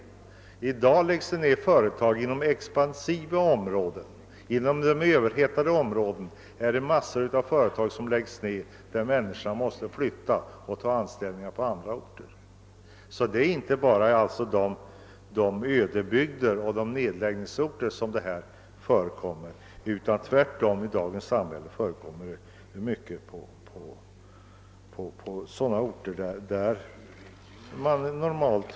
Men i dag läggs det ner en mängd företag även inom expansiva överhettade områden och människorna måste flytta för att ta anställning på andra orter. Sådant förekommer alltså inte bara i ödebygder utan även i orter där man normalt får ut mycket höga priser på villor.